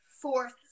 fourth